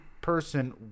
person